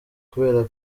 kubera